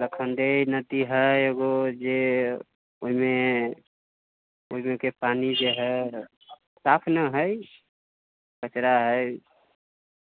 लखनदेइ नदी हय एगो जे ओहिमे ओहिमेके पानि जे हय साफ नहि हय कचड़ा हय